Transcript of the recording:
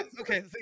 okay